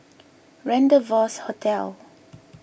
Rendezvous Hotel